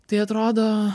tai atrodo